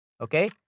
Okay